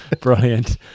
Brilliant